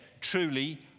truly